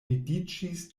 vidiĝis